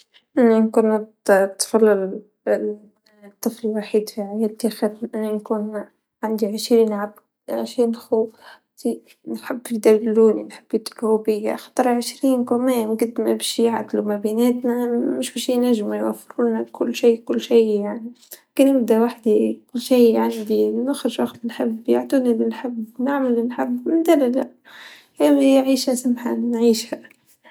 الأخوة في العموم عز وجوة، لا ما أبي أكون وحيد، ما ابي أبدا ما اختار عمري اني اكون وحيدة، ترا إخواني هم نور عيوني سند الظهر القوة دايما وجود الاخوان. اللي عنده اخ ما- ما بيطيح ما بيحصل دايما يسنده، عكس اللي ما عنده.